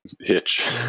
hitch